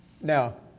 Now